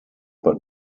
but